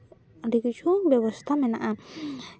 ᱟᱹᱰᱤ ᱠᱤᱪᱷᱩ ᱵᱮᱵᱚᱥᱛᱷᱟ ᱢᱮᱱᱟᱜᱼᱟ